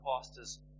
pastors